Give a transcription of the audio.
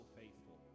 faithful